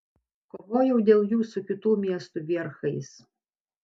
kovojau dėl jų su kitų miestų vierchais